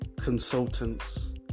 consultants